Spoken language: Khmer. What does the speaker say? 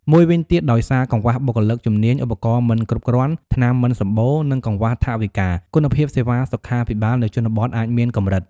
មួយវិញទៀត ដោយសារកង្វះបុគ្គលិកជំនាញ ឧបករណ៍មិនគ្រប់គ្រាន់ ថ្នាំមិនសម្បូរ និងកង្វះថវិកា គុណភាពសេវាសុខាភិបាលនៅជនបទ អាចមានកម្រិត។